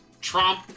Trump